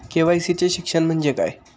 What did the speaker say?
KYC चे शिक्षण म्हणजे काय?